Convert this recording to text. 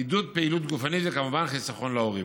עידוד פעילות גופנית, וכמובן חיסכון להורים.